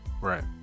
Right